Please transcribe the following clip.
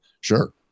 sure